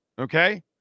Okay